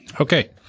Okay